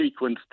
sequenced